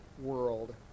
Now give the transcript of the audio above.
world